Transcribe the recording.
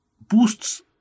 boosts